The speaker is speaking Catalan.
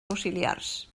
auxiliars